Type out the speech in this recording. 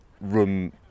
room